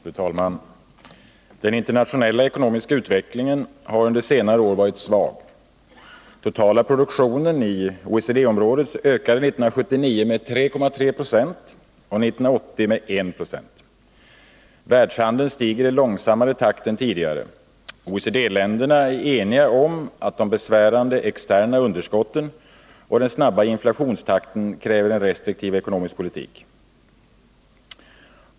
Fru talman! Den internationella ekonomiska utvecklingen har under senare år varit svag. Den totala produktionen i OECD-området ökade 1979 med 3,3 90 och 1980 med 1 26. Världshandeln stiger i långsammare takt än tidigare. OECD-länderna är eniga om att de besvärande externa underskotten och den snabba inflationstakten kräver en restriktiv ekonomisk politik.